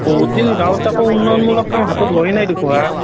বহুত দিন গাঁৱত একো উন্নয়নমূলক কাম হাতত লোৱাই নাই দেখোন হা